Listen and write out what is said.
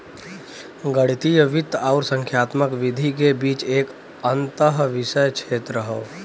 गणितीय वित्त आउर संख्यात्मक विधि के बीच एक अंतःविषय क्षेत्र हौ